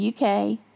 uk